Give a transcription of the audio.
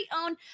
own